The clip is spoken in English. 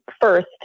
first